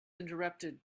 interrupted